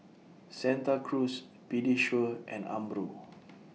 Santa Cruz Pediasure and Umbro